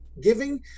giving